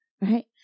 Right